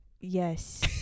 yes